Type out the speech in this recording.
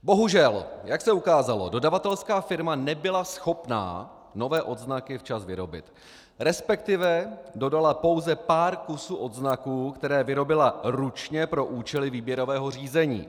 Bohužel, jak se ukázalo, dodavatelská firma nebyla schopna nové odznaky včas vyrobit, respektive dodala pouze pár kusů odznaků, které vyrobila ručně pro účely výběrového řízení.